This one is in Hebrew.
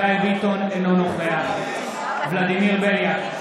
זאב בנימין בגין, אינו נוכח ענבר בזק,